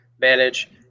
manage